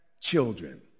children